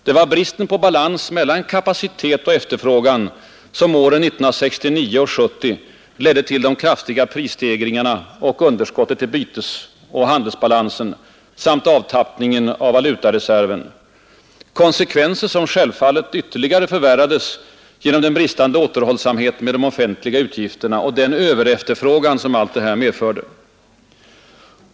Det var bristen på balans mellan kapacitet och efterfrågan som åren 1969 och 1970 ledde till de kraftiga prisstegringarna och underskottet i bytesoch handelsbalansen samt avtappningen av valutareserven, konsekvenser som självfallet ytterligare förvärrades genom den bristande återhållsamhet med de offentliga utgifterna och den överefterfrågan som allt detta medförde.